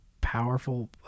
powerful